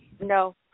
No